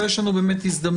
אבל יש לנו באמת הזדמנות